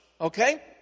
Okay